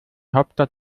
hauptstadt